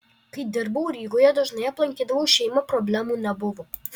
kai dirbau rygoje dažnai aplankydavau šeimą problemų nebuvo